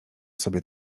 sobie